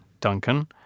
Duncan